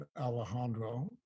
Alejandro